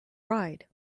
ride